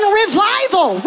revival